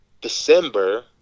december